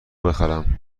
بخرم